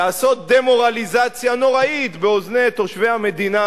לעשות דמורליזציה נוראית באוזני תושבי המדינה,